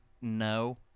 no